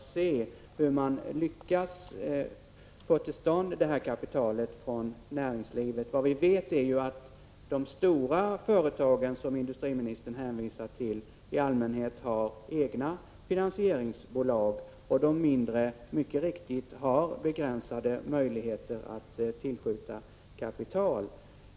1985/86:155 man lyckas få fram kapital från näringslivet. Vad vi vet har de stora 29 maj 1986 företagen, som industriministern hänvisar till, i allmänhet egna finansieringsbolag, och de mindre har mycket riktigt begränsade möjligheter att tillskjuta kapital.